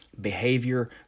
behavior